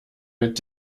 mit